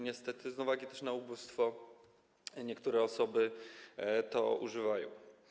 Niestety z uwagi też na ubóstwo niektóre osoby tego używają.